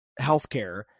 healthcare